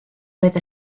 oedd